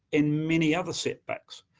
and many other setbacks.